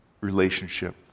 relationship